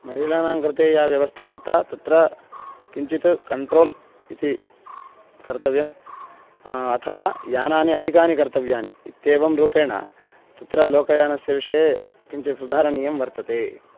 महिलानां कृते या व्यवस्था दत्ता तत्र किञ्चित् कण्ट्रोल् इति कर्तव्यम् अथवा यानानि अधिकानि कर्तव्यानि इत्येवं रूपेण तत्र लोकयानस्य विषये किञ्चित् सुधारणीयं वर्तते